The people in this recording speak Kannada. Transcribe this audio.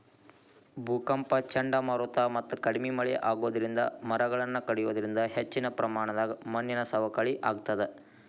ಭೂಕಂಪ ಚಂಡಮಾರುತ ಮತ್ತ ಕಡಿಮಿ ಮಳೆ ಆಗೋದರಿಂದ ಮರಗಳನ್ನ ಕಡಿಯೋದರಿಂದ ಹೆಚ್ಚಿನ ಪ್ರಮಾಣದಾಗ ಮಣ್ಣಿನ ಸವಕಳಿ ಆಗ್ತದ